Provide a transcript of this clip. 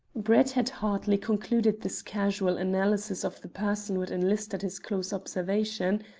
brett had hardly concluded this casual analysis of the person who had enlisted his close observation,